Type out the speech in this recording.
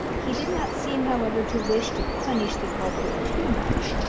he did not seem, however, to wish to punish the culprit too much,